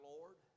Lord